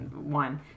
One